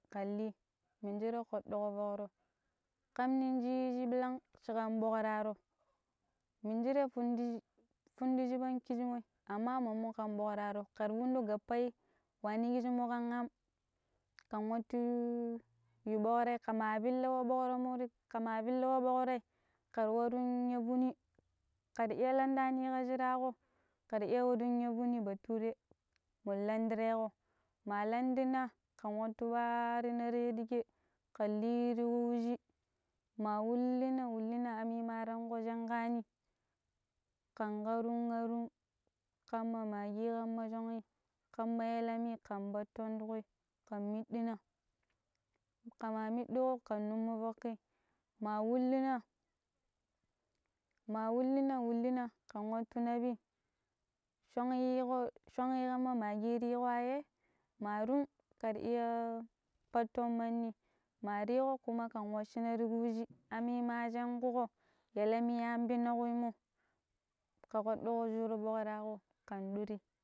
Kan li mingire ka ɗugo baro. kamnin shi yiiji bilang shikan boƙraro minjire funduji funduji pan kijimoi amma mommo kan bokraro kara numo gappai wani kijimoi kan aam kan watu yu yu boƙrai kama pille ka boƙrai mo r kama pille ɓoƙrai ka warun ya vuni kara iya landani ka jira ƙo kara iya yu dun ya vuni bature man landereƙo ma landana ka watu barina re diƙƙae kan lui ti wuji ma wulina wulina aamima ranƙo shankani kan karun arun kamma maggi kamma shọn i kamma yalami kan batan ti ku kan mittina kama mitiƙo kan numa fokki ma wuluna ma wuluna wuluna ka watu nabi shọn yiiƙo shọn yi kamma maggi riƙowaye ma run kar iya patton mandi ma rekƙo kuma kan washina tiku wishi aammi ma shanduƙo yalami ambina wema ka patuƙo yui boƙra ƙo kan duri.